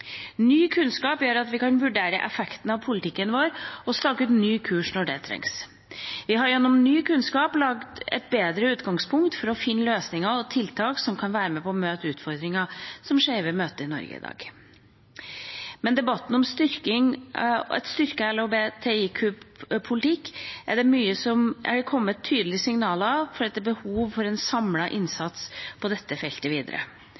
Ny kunnskap gjør at vi kan vurdere effekten av politikken vår og stake ut en ny kurs når det trengs. Vi har gjennom ny kunnskap et bedre utgangspunkt for å finne løsninger og tiltak som kan være med og møte utfordringer som skeive møter i Norge i dag. I debatten om en styrket LBHTIQ-politikk har det kommet tydelige signaler om at det er behov for en samlet innsats videre på dette feltet.